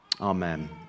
Amen